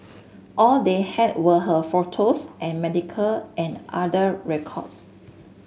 all they had were her photos and medical and other records